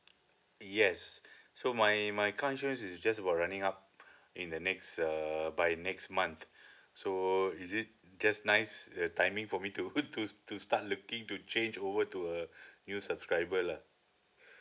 yes so my my car insurance is just about running up in the next uh by next month so is it just nice the timing for me to to to start looking to change over to a new subscriber lah